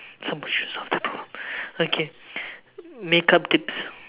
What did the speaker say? some issues of the okay make up tips